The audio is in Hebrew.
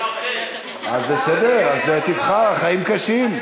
אז בסדר, תבחר, החיים קשים.